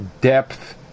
depth